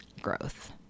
Growth